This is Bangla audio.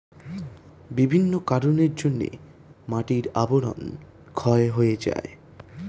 বিভিন্ন কারণের জন্যে মাটির আবরণ ক্ষয় হয়ে যায়